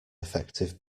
effective